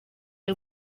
y’u